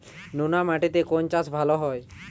নোনা মাটিতে কোন চাষ ভালো হয়?